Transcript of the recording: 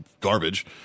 garbage